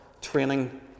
training